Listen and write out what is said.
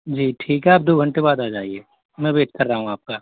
जी ठीक है आप दो घंटे बाद आ जाइये मैं वैट कर रहा हूँ आपका